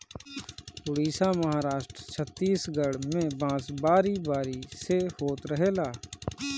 उड़ीसा, महाराष्ट्र, छतीसगढ़ में बांस बारी बारी से होत रहेला